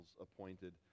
appointed